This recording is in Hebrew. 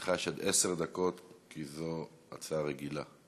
לך יש עד עשר דקות, כי זו הצעה רגילה.